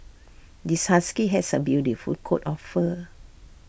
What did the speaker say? this husky has A beautiful coat of fur